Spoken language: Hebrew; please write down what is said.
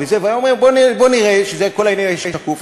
והיה אומר: בוא נראה שכל העניין הזה שקוף,